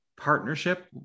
partnership